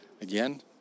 again